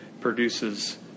produces